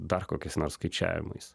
dar kokiais nors skaičiavimais